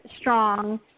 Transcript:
strong